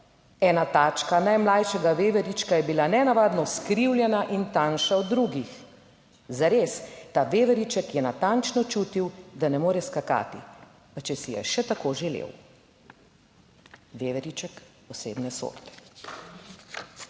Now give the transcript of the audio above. Ena tačka najmlajšega veverička je bila nenavadno izkrivljena in tanjša od drugih. Zares. Ta veveriček je natančno čutil, da ne more skakati, pa če si je še tako želel. - Veveriček posebne sorte.